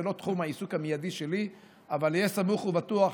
זה לא תחום העיסוק המיידי שלי אבל היה סמוך ובטוח,